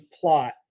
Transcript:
plot